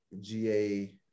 GA